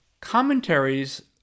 commentaries